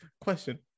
Question